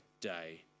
day